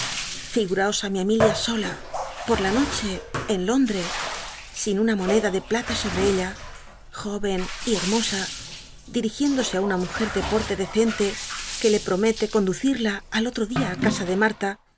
figuraos mi emilia sola por la noche en lóndres sin una moneda de plata sobre ella jóyen y hermosa dirigiéndose á una mujer de porte decente que le ptomele conducirla al otro dia á casa de marta